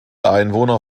einwohner